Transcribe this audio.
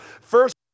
First